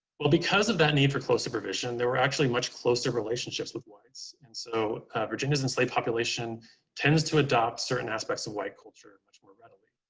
well, because of that need for close supervision, there were actually much closer relationships with whites. and so virginia's enslaved population tends to adopt certain aspects of white culture much more readily.